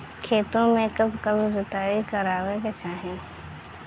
खेतो में कब कब जुताई करावे के चाहि?